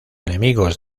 enemigos